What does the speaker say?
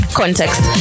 context